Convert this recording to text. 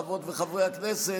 חברות וחברי הכנסת,